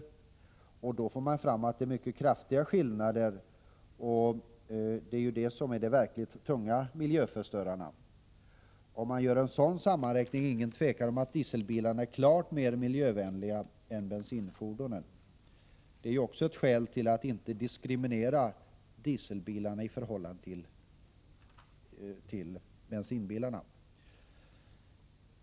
Gör man det får man fram att det är mycket kraftiga skillnader, och det är dessa som är de verkligt tunga miljöförstörarna. Om man gör en sådan sammanräkning är det ingen tvekan om att dieselbilarna är klart mer miljövänliga än bensinfordonen. Detta är också ett skäl att inte diskriminera dieselbilarna i förhållande till bensinbilarna.